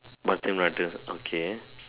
brother brother okay